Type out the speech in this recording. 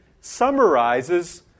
summarizes